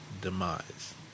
Demise